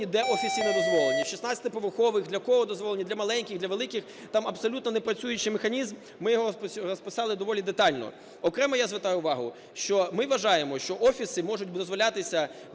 де офіційно не дозволені – в 16-поверхових, для кого дозволені, для маленьких, для великих – там абсолютно непрацюючий механізм, ми його розписали доволі детально. Окремо я звертаю увагу, що ми вважаємо, що офіси можуть дозволятися